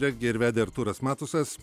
rengė ir vedė artūras matusas